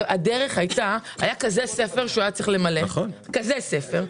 היה צריך למלא ספר.